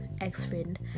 ex-friend